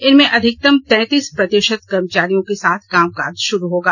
इनमें अधिकतम तैंतीस प्रतिषत कर्मचारियों के साथ काम काज शुरू होगा